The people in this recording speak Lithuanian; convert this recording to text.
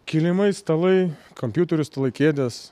kilimai stalai kompiuterių stalai kėdės